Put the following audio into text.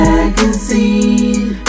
Magazine